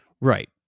Right